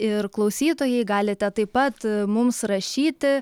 ir klausytojai galite taip pat mums rašyti